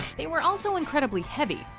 they were also incredibly heavy,